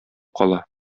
кала